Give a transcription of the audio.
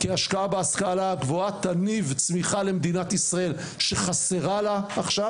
כי השקעה בהשכלה הגבוהה תניב למדינת ישראל צמיחה שחסרה לה עכשיו.